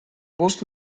post